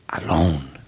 alone